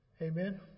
Amen